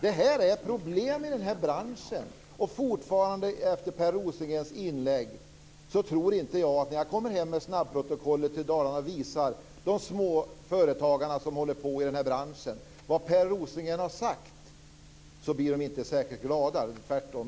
Det här är ett problem i den här branschen. När jag kommer hem med snabbprotokollet till Dalarna och visar småföretagarna i den här branschen vad Per Rosengren har sagt tror jag inte att de blir särskilt glada, tvärtom.